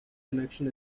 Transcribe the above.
connection